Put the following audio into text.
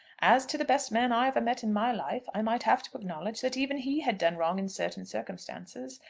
as to the best man i ever met in my life i might have to acknowledge that even he had done wrong in certain circumstances.